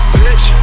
bitch